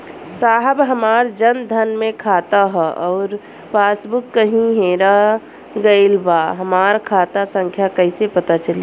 साहब हमार जन धन मे खाता ह अउर पास बुक कहीं हेरा गईल बा हमार खाता संख्या कईसे पता चली?